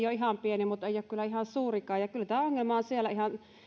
ole ihan pieni mutta ei ole kyllä ihan suurikaan ja kyllä tämä ongelma on siellä ihan